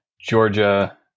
Georgia